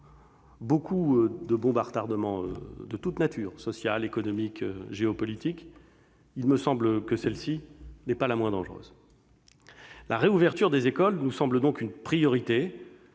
beaucoup de bombes à retardement de toutes natures, aussi bien sociale qu'économique ou géopolitique. Il me semble que celle-ci n'est pas la moins dangereuse. La réouverture des écoles nous semble donc une priorité